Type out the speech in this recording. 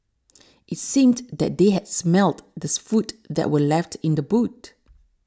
it seemed that they had smelt the food that were left in the boot